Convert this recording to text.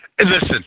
Listen